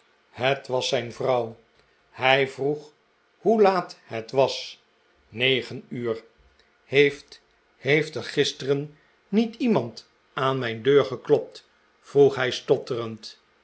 het was zijn vrouw hij vroeg haar hoe laat het was negen uur heeft heeft er gistere'n niet iemand aan mijn deur geklopt vroeg hij stotterend